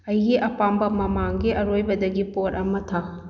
ꯑꯩꯒꯤ ꯑꯄꯥꯝꯕ ꯃꯃꯥꯡꯒꯤ ꯑꯔꯣꯏꯕꯗꯒꯤ ꯄꯣꯠ ꯑꯃ ꯊꯥꯎ